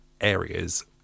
areas